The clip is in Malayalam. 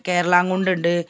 കേരളാങ്കുണ്ട് ഉണ്ട്